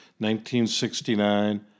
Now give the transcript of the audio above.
1969